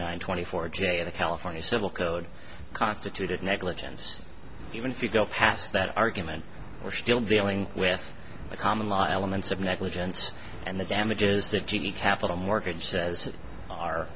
nine twenty four today the california civil code constituted negligence even if you go past that argument we're still dealing with the common law elements of negligence and the damage is that g e capital mortgage says